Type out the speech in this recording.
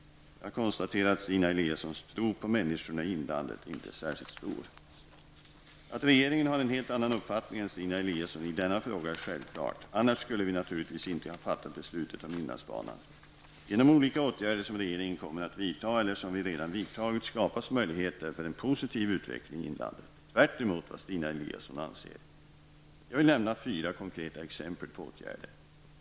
Jag konstaterar att Stina Eliassons tro på människorna i inlandet inte är särskilt stor. Att regeringen har en helt annan uppfattning än Stina Eliasson i denna fråga är självklart. Annars skulle vi naturligtvis inte ha fattat beslutet om inlandsbanan. Genom olika åtgärder, som regeringen kommer att vidta eller som vi redan vidtagit, skapas möjligheter för en positiv utveckling i inlandet, tvärtemot vad Stina Eliasson anser. Jag vill nämna fyra konkreta exempel på åtgärder.